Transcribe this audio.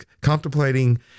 contemplating